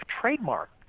trademark